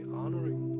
honoring